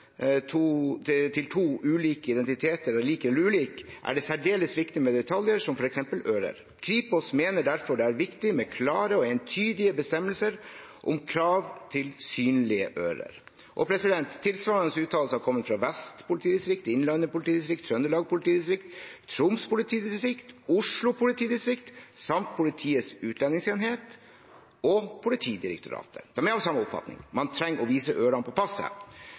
til to ulike identiteter er lik eller ulik, er det særdeles viktig med detaljer som for eksempel ører. Kripos mener derfor det er viktig med klare og entydige bestemmelser om krav til synlige ører.» Tilsvarende uttalelser kommer fra Vest politidistrikt, Innlandet politidistrikt, Trøndelag politidistrikt, Troms politidistrikt, Oslo politidistrikt samt Politiets utlendingsenhet og Politidirektoratet. De er av samme oppfatning: Man trenger å vise ørene på